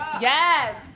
Yes